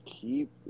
Keep